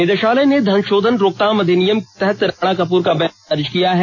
निदेशालय ने धन शोधन रोकथाम अधिनियम के तहत राणा कपूर का बयान दर्ज किया है